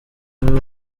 niwe